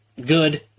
good